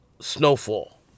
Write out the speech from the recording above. Snowfall